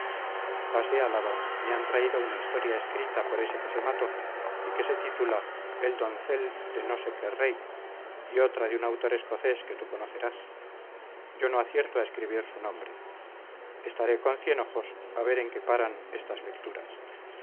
álava le han traído una historia escrita por ese que se mató y que se titula el doncel de no sé qué rey y otra de un autor escocés que tú conocerás yo no acierto a escribir su nombre estaré con cien ojos a ver en qué paran estas lecturas